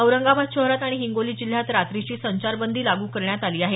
औरंगाबाद शहरात आणि हिंगोली जिल्ह्यात रात्रीची संचारबंदी लागू करण्यात आली आहे